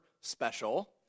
special